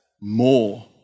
more